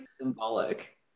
symbolic